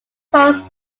calls